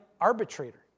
arbitrator